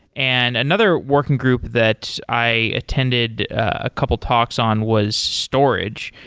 and another working group that i attended a couple talks on was storage.